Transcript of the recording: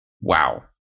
Wow